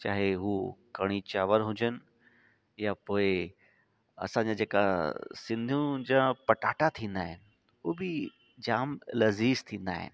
चाहे हू कढ़ी चांवर हुजनि या पोइ असांजा जेका सिंधियुनि जा पटाटा थींदा आहिनि उहो बि जामु लज़ीज़ थींदा आहिनि